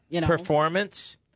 Performance